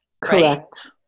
Correct